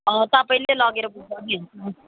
अँ तपाईँले लगेर